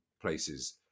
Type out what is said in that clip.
places